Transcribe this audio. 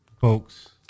folks